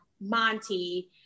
Monty